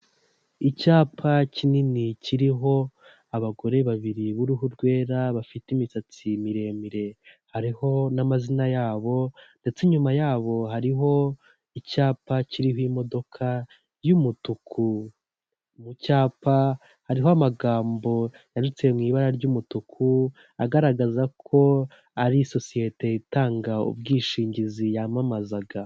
Icyapa kinini kiriho abagore babiri b'uruhu rwera bafite imisatsi miremire hariho n'amazina yabo, ndetse inyuma yabo hariho icyapa kiriho imodoka y'umutuku mu cyapa hariho amagambo yanditse mu ibara ry'umutuku agaragaza ko ari isosiyete itanga ubwishingizi yamamazaga.